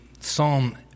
Psalm